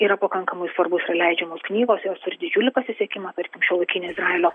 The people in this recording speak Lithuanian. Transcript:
yra pakankamai svarbus yra leidžiamos knygos jos turi didžiulį pasisekimą tarkim šiuolaikinė izraelio